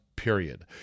Period